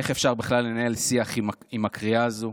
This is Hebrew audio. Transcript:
איך אפשר בכלל לנהל שיח עם הקריאה הזו?